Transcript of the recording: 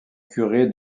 curés